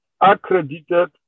accredited